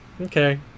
okay